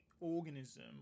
organism